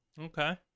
Okay